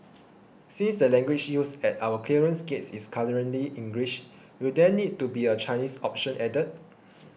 since the language used at our clearance gates is currently English will there need to be a Chinese option added